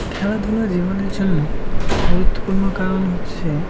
খেলাধুলা জীবনের জন্য গুরুত্বপূর্ণ কারণ হচ্ছে